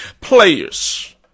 players